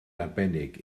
arbennig